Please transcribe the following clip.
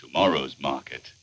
to morrow's market